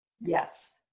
Yes